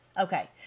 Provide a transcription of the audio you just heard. okay